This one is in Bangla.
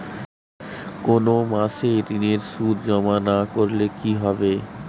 কোনো মাসে ঋণের সুদ জমা না করলে কি হবে?